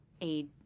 aid